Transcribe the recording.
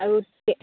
আৰু